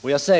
för den uppgiften.